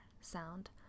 sound